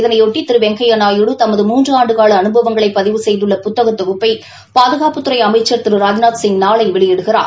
இதனையொட்டி திரு வெங்கையா நாயுடு தமது மூன்று ஆண்டுகால அனுபவங்களை பதிவு செய்துள்ள புத்தக தொகுப்பை பாதுகாப்புத்துறை அமைச்சர் திரு ராஜ்நாத்சிங் நாளை வெளியிடுகிறார்